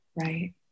Right